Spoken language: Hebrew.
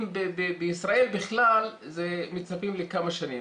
בישראל בכלל מצפים לכמה שנים,